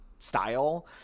style